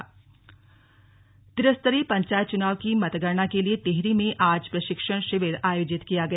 मतगणना प्रशिक्षण त्रिस्तरीय पंचायत चुनाव की मतगणना के लिए टिहरी में आज प्रशिक्षण शिविर आयोजित किया गया